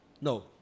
No